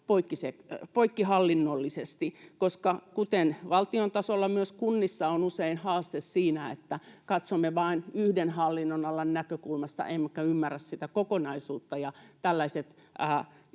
poikkihallinnollisesti. Koska kuten valtion tasolla, myös kunnissa on usein haaste siinä, että katsomme vain yhden hallinnonalan näkökulmasta emmekä ymmärrä sitä kokonaisuutta, ja tällaiset